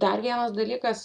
dar vienas dalykas